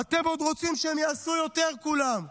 אתם עוד רוצים שהם יעשו יותר, כולם.